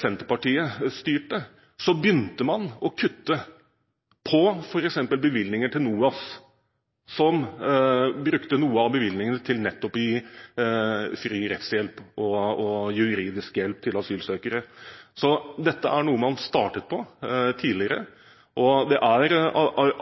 Senterpartiet styrte, begynte å kutte i f.eks. bevilgninger til NOAS, som brukte noe av bevilgningene til nettopp å gi fri rettshjelp og juridisk hjelp til asylsøkere. Så dette er noe man startet på tidligere. Det er